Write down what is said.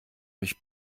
mich